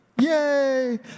Yay